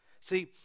see